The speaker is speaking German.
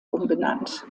umbenannt